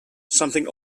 something